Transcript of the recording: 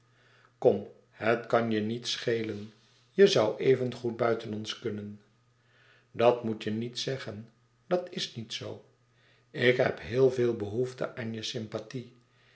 kom het kan je niets schelen je zoû even goed buiten ons kunnen louis couperus extaze een boek van geluk dat moet je niet zeggen dat is niet zoo ik heb heel veel behoefte aan je sympathie